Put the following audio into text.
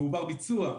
והוא בר-ביצוע.